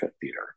theater